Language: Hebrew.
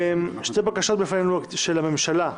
שתי בקשות של הממשלה בפנינו,